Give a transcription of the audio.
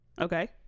Okay